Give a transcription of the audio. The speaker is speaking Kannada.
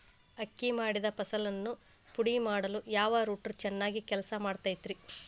ಅಕ್ಕಿ ಮಾಡಿದ ಫಸಲನ್ನು ಪುಡಿಮಾಡಲು ಯಾವ ರೂಟರ್ ಚೆನ್ನಾಗಿ ಕೆಲಸ ಮಾಡತೈತ್ರಿ?